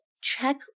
check